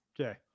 Okay